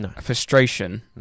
frustration